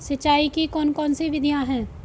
सिंचाई की कौन कौन सी विधियां हैं?